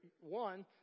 one